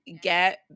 get